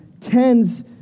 tends